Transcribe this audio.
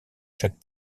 chaque